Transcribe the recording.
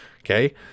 okay